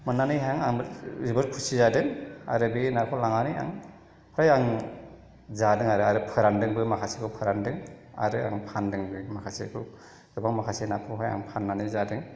मोननानै आं जोबोद खुसि जादों आरो बे नाखौ लानानै आं फ्राय आं जादों आरो फोरान्दोंबो माखासेखौ फोरान्दों आरो आं फान्दोंबो माखासेफोरखौ गोबां माखासे नाखौहाय आं फाननानै जादों